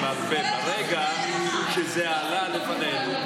ברגע שזה עלה בפנינו,